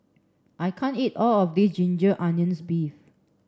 I can't eat all of this ginger onions beef